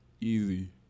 easy